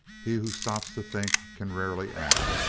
he who stops to think can rarely act.